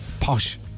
Posh